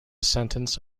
sentence